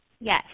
Yes